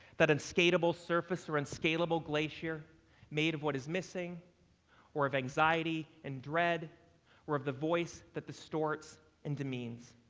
that unskateable surface or unscalable glacier made of what is missing or of anxiety and dread or of the voice that destorts and demeans.